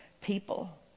people